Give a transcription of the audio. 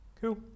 cool